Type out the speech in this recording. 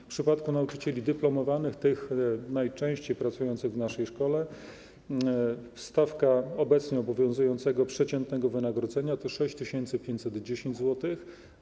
W przypadku nauczycieli dyplomowanych, tych najczęściej pracujących w naszej szkole, stawka obecnie obowiązującego przeciętnego wynagrodzenia to 6510 zł.